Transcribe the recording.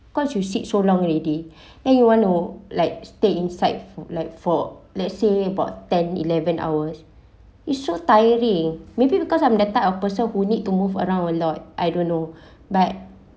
cause you sit so long already then you will know like stay inside like for let's say about ten eleven hours it's so tiring maybe because I'm the type of person who need to move around a lot I don't know but